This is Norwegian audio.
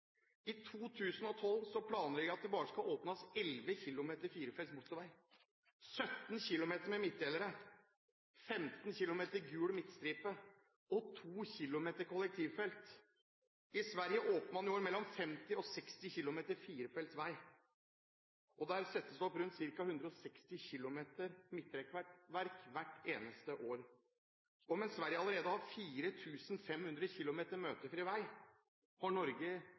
I 2012 planlegger de at det bare skal åpnes 11 km firefelts motorvei, 17 km med midtdelere, 15 km med gul midtstripe og 2 km kollektivfelt. I Sverige åpner man mellom 50 og 60 km firefelts vei, og der settes det opp rundt 460 km midtrekkverk hvert eneste år. Mens Sverige allerede har 4 500 km møtefri vei, får Norge